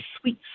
sweet